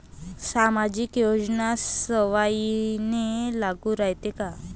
सामाजिक योजना सर्वाईले लागू रायते काय?